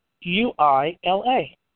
U-I-L-A